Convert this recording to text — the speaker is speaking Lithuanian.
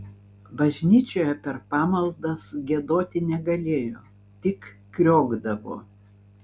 bažnyčioje per pamaldas giedoti negalėjo tik kriokdavo